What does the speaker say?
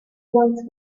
once